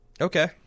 Okay